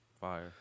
Fire